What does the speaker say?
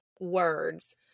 words